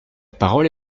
parole